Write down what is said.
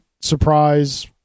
surprise